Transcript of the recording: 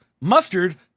mustard